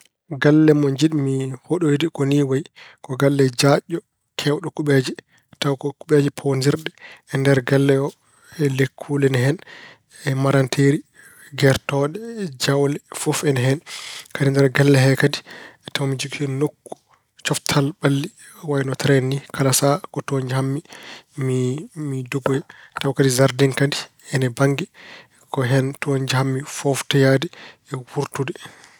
Galle mo njiɗmi hoɗoyde ko ni wayi: ko galle jaajɗo, keewɗo kuɓeeje, tawa ko kuɓeeje pawondirɗe, e nder galle oo, lekkuule ina heen e maranteeri, gertooɗe, jawle fof ina hen. Kadi e nder galle he kadi tawa mbeɗa jogii hen nokku coftal ɓalli wayino tereŋ ni. Kala sahaa ko toon njahan-mi mi mi dogoya. Tawa kadi jardeŋ kadi ina bannge ko hen, ko toon njahan-mi fooftoyaade e wuurtude.